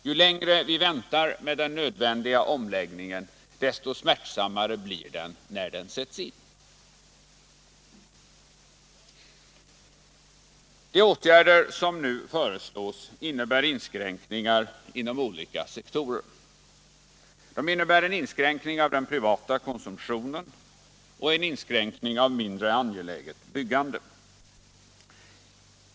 Ju längre vi väntar med den nödvändiga omläggningen, desto smärtsammare blir den när den sätts in. De åtgärder som nu genomförs innebär inskränkningar inom olika sektorer. De innebär en inskränkning av den privata konsumtionen och av mindre angeläget byggande.